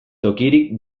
tokirik